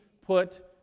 put